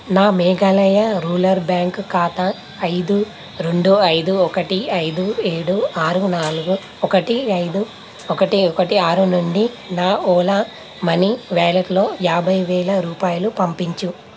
నా Meghalaya rural bank ఖాతా ఐదు రెండు ఐదు ఒకటి ఐదు ఏడు ఆరు నాలుగు ఒకటి ఐదు ఒకటి ఒకటి ఆరు నుండి నా ఓలా మనీ వ్యాలెట్లో యాభై వేల రూపాయలు పంపించుము